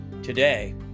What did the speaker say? today